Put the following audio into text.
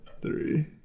Three